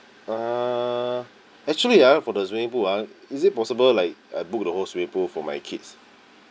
uh actually ah for the swimming pool ah is it possible like I book the whole swimming pool for my kids